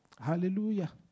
Hallelujah